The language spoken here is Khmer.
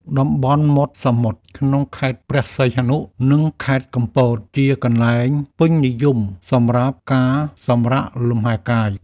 តំបន់មាត់សមុទ្រក្នុងខេត្តព្រះសីហនុ និងខេត្តកំពត ជាកន្លែងពេញនិយមសម្រាប់ការសម្រាកលំហែកាយ។